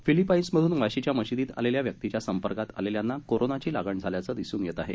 फिलिपाईन्समधून वाशीच्या मशिदीत आलेल्या व्यक्तीच्या संपर्कात आलेल्यांना कोरोनाची लागण झाल्याचं दिसून येत आहे